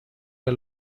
der